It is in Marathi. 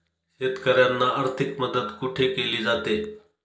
शेतकऱ्यांना आर्थिक मदत कुठे केली जाते?